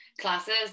classes